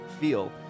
feel